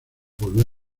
volvió